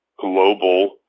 global